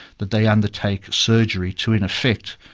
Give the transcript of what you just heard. that they undertake surgery to, in effect,